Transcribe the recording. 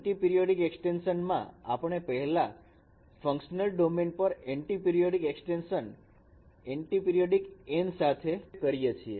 antiperiodic extension માં આપણે પહેલા ફંકશનલ ડોમેન પર એન્ટીપિરીયોડીક એક્સ્ટેંશન એન્ટીપિરિયડ N સાથે કરીએ છીએ